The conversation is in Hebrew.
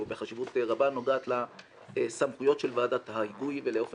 בחשיבות רבה נוגעת לסמכויות של ועדת ההיגוי ולאופן